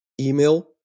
email